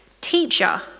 Teacher